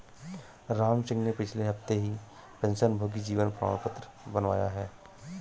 रामसिंह ने पिछले हफ्ते ही पेंशनभोगी जीवन प्रमाण पत्र बनवाया है